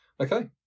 Okay